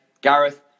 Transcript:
Gareth